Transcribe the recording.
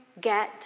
get